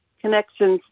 connections